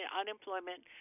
unemployment